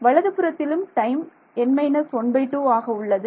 வலது புறத்திலும் time n minus 12 ஆக உள்ளது